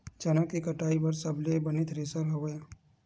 चना के कटाई बर सबले बने थ्रेसर हवय?